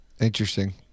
Interesting